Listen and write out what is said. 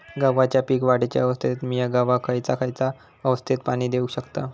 गव्हाच्या पीक वाढीच्या अवस्थेत मिया गव्हाक खैयचा खैयचा अवस्थेत पाणी देउक शकताव?